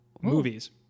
movies